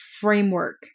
framework